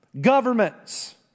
Governments